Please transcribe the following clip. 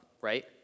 right